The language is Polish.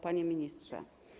Panie Ministrze!